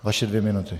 Vaše dvě minuty.